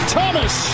Thomas